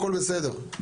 הכול בסדר.